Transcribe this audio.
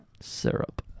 syrup